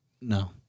No